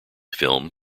film